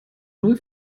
null